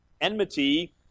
enmity